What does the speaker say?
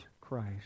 Christ